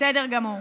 בסדר גמור.